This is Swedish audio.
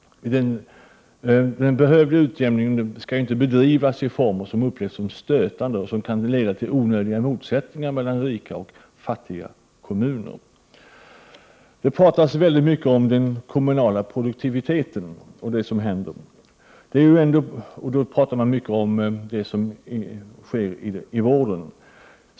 Den behövliga utjämningen skall inte bedrivas i former som upplevs som stötande och som kan leda till onödiga motsättningar mellan rika och fattiga kommuner. Det talas väldigt mycket om den kommunala produktiviteten och om vad som händer i kommunerna. Då talar man mycket om det som sker i vården.